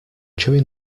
chewing